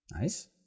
Nice